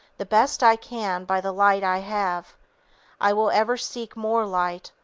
the best i can by the light i have i will ever seek more light,